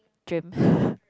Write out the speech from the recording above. dream